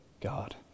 God